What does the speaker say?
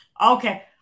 okay